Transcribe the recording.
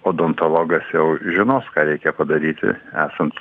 odontologas jau žinos ką reikia padaryti esant